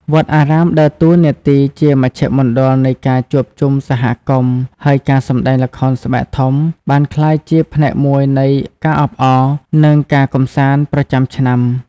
វត្តអារាមដើរតួនាទីជាមជ្ឈមណ្ឌលនៃការជួបជុំសហគមន៍ ហើយការសម្តែងល្ខោនស្បែកធំបានក្លាយជាផ្នែកមួយនៃការអបអរ និងការកម្សាន្តប្រចាំឆ្នាំ។